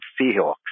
Seahawks